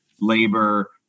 labor